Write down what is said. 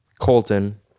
Colton